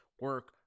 Work